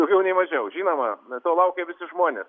daugiau nei mažiau žinoma na to laukia visi žmonės